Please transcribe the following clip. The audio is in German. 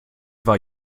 war